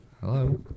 Hello